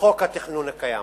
מחוק התכנון הקיים.